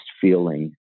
feeling